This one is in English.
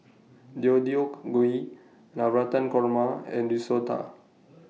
Deodeok Gui Navratan Korma and Risotto